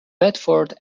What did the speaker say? bedford